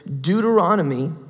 Deuteronomy